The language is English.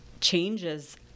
changes